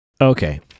Okay